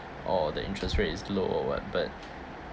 or the interest rate is low or what but